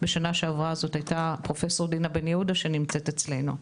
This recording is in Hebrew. בשנה שעברה זו הייתה פרופ' דינה בן יהודה שנמצאת אצלנו,